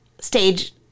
stage